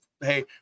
Hey